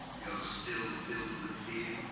you're still filled with fear?